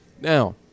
Now